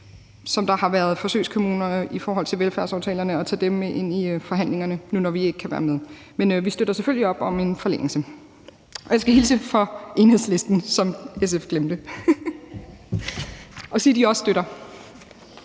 som har været forsøgskommuner i forhold til velfærdsaftalerne, og tage dem med ind i forhandlingerne, nu vi ikke kan være med. Men vi støtter selvfølgelig op om en forlængelse. Og jeg skal hilse fra Enhedslisten, som SF glemte, og sige, at de også støtter.